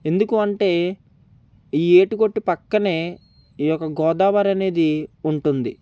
ఎందుకంటే ఈ ఏటి గట్టు పక్కనే ఈ యొక్క గోదావరి అనేది ఉంటుంది